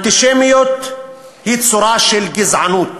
אנטישמיות היא צורה של גזענות,